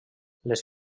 les